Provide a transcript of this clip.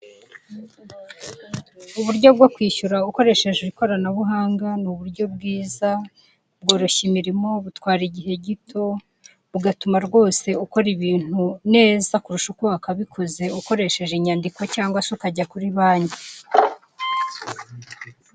Uburyo bwo kwishyura ukoresheje ikoranabuhanga ni uburyo bwiza bworoshya imirimo, butwara igihe gito, bugatuma rwose ukora ibintu neza kurusha uko wakabikoze ukoresheje inyandiko cyangwa se ukajya kuri banki.